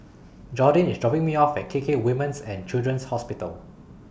Jordyn IS dropping Me off At K K Women's and Children's Hospital